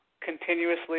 continuously